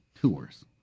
tours